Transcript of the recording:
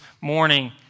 morning